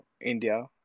India